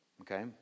Okay